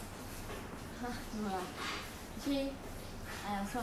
no lah actually !aiya! 算了啦不要了啦